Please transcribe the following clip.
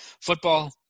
Football